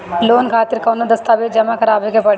Loan खातिर कौनो दस्तावेज जमा करावे के पड़ी?